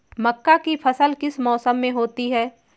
मक्का की फसल किस मौसम में होती है?